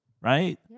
Right